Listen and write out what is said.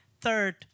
Third